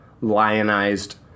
lionized